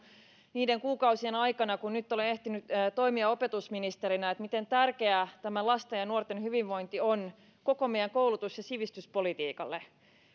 niiden kuukausien aikana kun nyt olen ehtinyt toimia opetusministerinä miten tärkeää tämä lasten ja nuorten hyvinvointi on koko meidän koulutus ja sivistyspolitiikallemme